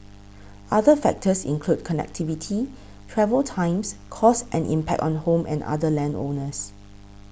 other factors include connectivity travel times costs and impact on home and other land owners